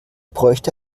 bräuchte